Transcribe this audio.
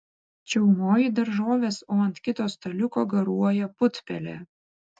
čiaumoji daržoves o ant kito staliuko garuoja putpelė